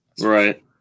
Right